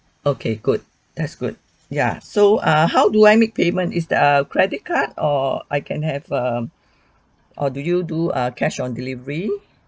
okay good that's good yeah so uh how do I make payment is err credit card or I can have a or do you do err cash on delivery